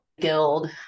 Guild